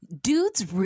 dudes